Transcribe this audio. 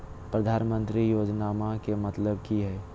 प्रधानमंत्री योजनामा के मतलब कि हय?